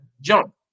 Jump